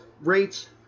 rates